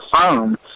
phone